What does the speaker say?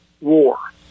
War